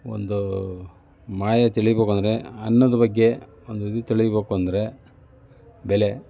ಒಂದು ಮಾಯೆ ತಿಳೀಬೇಕು ಅಂದರೆ ಅನ್ನದ ಬಗ್ಗೆ ಒಂದು ಇದು ತಿಳೀಬೇಕು ಅಂದರೆ ಬೆಲೆ